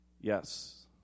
Yes